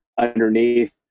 underneath